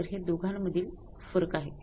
तर हे दोघांमधील फरक आहे